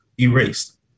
erased